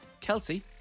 Kelsey